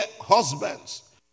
husbands